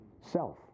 self